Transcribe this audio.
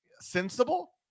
sensible